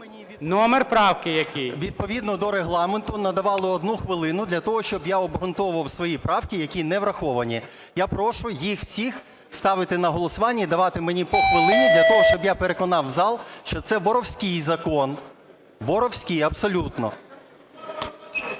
Номер правки, який? ПАПІЄВ М.М. Відповідно до Регламенту надавали 1 хвилину для того, щоб я обґрунтовував свої правки, які не враховані. Я прошу їх всі ставити на голосування і давати мені по хвилині для того, щоб я переконав зал, що це "воровський" закон. "Воровський" абсолютно.